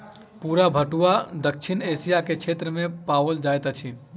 भूरा पटुआ दक्षिण एशिया के क्षेत्र में पाओल जाइत अछि